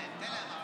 מכובדי היושב-ראש,